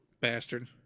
Bastard